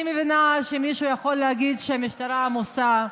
אני מבינה שמישהו יכול להגיד שהמשטרה עמוסה.